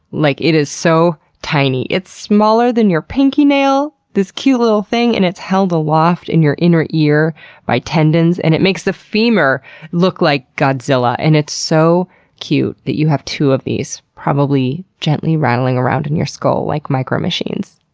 like it is so tiny. it's smaller than your pinky nail, this cute little thing, and it's held aloft in your inner ear by tendons and it makes the femur look like godzilla. and it's so cute that you have two of these, probably gently rattling around in your skull like micromachines.